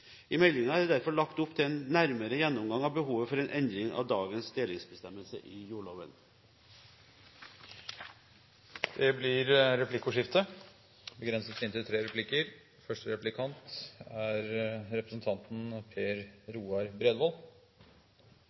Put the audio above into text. I meldingen er det derfor lagt opp til en nærmere gjennomgang av behovet for en endring av dagens delingsbestemmelse i jordloven. Det blir replikkordskifte.